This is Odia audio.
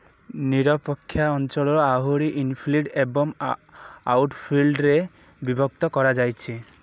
ନିରପକ୍ଷ ଅଞ୍ଚଳକୁ ଆହୁରି ଇନ୍ ଫିଲ୍ଡ ଏବଂ ଆଉଟ୍ ଫିଲ୍ଡରେ ବିଭକ୍ତ କରାଯାଇଛି